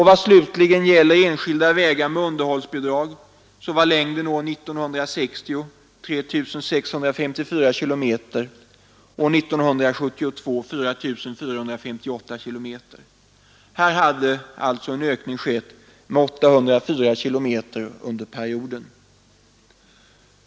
Vad slutligen gäller enskilda vägar med underhållsbidrag uppgick dessa år 1960 till 3 654 km och år 1972 till 4 458 km. Här hade alltså en ökning skett med 804 km under perioden.